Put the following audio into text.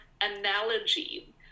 analogy